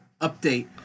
update